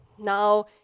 Now